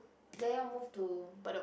then you all move to